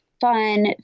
fun